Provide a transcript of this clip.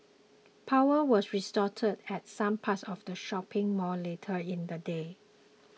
power was restored at some parts of the shopping mall later in the day